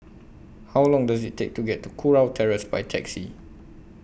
How Long Does IT Take to get to Kurau Terrace By Taxi